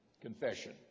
Confession